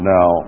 Now